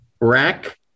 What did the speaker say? rack